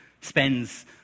spends